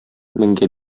меңгә